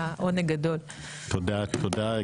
תודה,